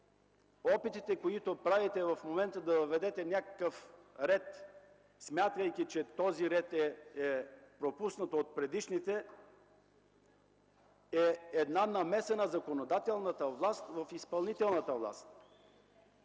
опитите, които правите в момента да въведете някакъв ред, смятайки, че този ред е пропуснат да бъде направен от предишните, е една намеса на законодателната власт в изпълнителната власт.